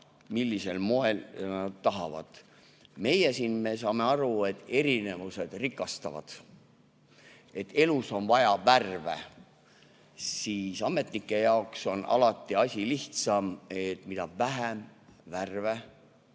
millisel moel nad tahavad. Meie siin saame aru, et erinevused rikastavad. Elus on vaja värve. Ametnike jaoks on alati asi lihtsam: mida vähem värve,